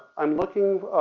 i'm looking.